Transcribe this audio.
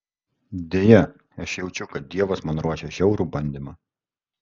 deja aš jaučiu kad dievas man ruošia žiaurų bandymą